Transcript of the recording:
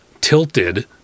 tilted